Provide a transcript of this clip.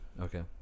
Okay